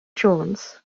jones